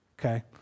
Okay